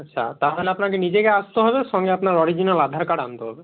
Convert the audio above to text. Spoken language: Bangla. আচ্ছা তাহালে আপনাকে নিজেকে আসতে হবে সঙ্গে আপনার অরিজিনাল আধার কার্ড আনতে হবে